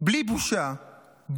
בלי בושה.